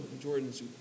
Jordan's